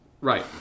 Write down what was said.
right